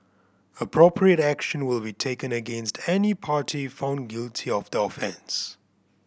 appropriate action will be taken against any party found guilty of the offence